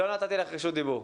לא נתתי לך רשות דיבור.